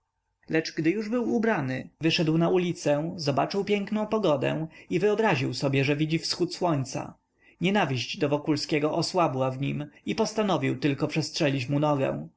lecz gdy już był ubrany wyszedł na ulicę zobaczył piękną pogodę i wyobraził sobie że widzi wschód słońca nienawiść do wokulskiego osłabła w nim i postanowił tylko przestrzelić